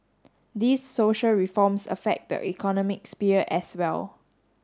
these social reforms affect the economic sphere as well